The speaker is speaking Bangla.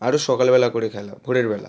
আরো সকালবেলা করে খেলা ভোরেরবেলা